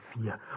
fear